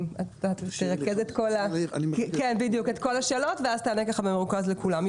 תרכז את כל השאלות ואז תענה במרוכז לכולם.